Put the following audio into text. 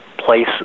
place